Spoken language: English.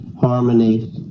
harmony